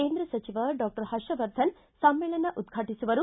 ಕೇಂದ್ರ ಸಚಿವ ಡಾಕ್ಟರ್ ಹರ್ಷ ವರ್ಧನ ಸಮ್ಮೇಳನ ಉದ್ವಾಟಿಸುವರು